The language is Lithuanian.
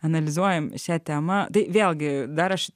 analizuojam šią temą tai vėlgi dar aš